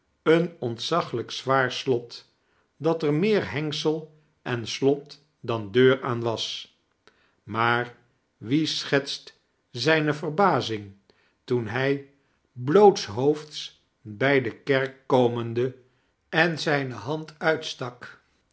een ontzaglijk zwaar slot dat er meer hengsel en slot dan deur aan was maar wie schetst zijne verbazing toen hij blootshoofds bij d kerk komende en zijne hand uitstak